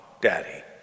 Daddy